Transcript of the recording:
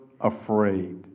afraid